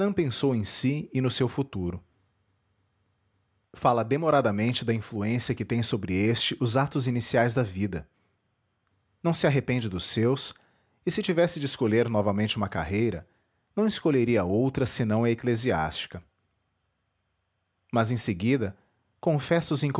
pensou em si e no seu futuro fala demoradamente da influência que têm sobre este os atos iniciais da vida não se arrepende dos seus e se tivesse de escolher novamente uma carreira não escolheria outra senão a eclesiástica mas em seguida confessa